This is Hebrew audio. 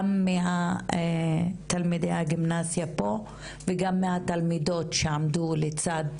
אנחנו לומדים היום גם מתלמידי הגימנסיה פה וגם מהתלמידות שעמדו לצד